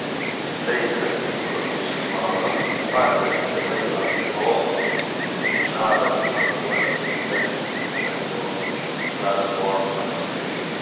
staiga stiprus škvalas parvertė laivą ant šono žalias vanduo ėmė veržtis per jo falšbortą